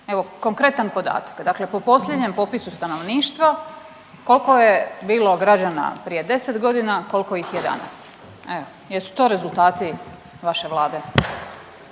Evo konkretan podatak, dakle po posljednjem popisu stanovništva koliko je bilo građana prije 10 godina, a koliko ih je danas evo? Jesu to rezultati vaše Vlade.